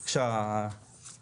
בבקשה, חזי תפדל.